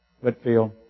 Whitfield